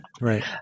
Right